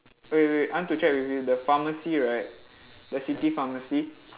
wait wait wait I want to check with you the pharmacy right the city pharmacy